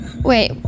Wait